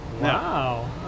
Wow